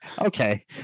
Okay